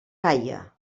gaia